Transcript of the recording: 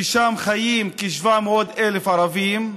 ששם חיים כ-700,000 ערבים,